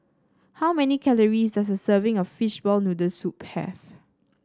how many calories does a serving of Fishball Noodle Soup have